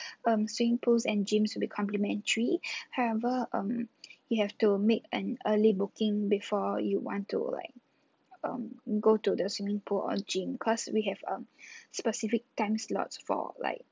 um swimming pools and gyms will be complementary however um you have to make an early booking before you want to like um go to the swimming pool or gym because we have um specific time slots for like